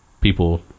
people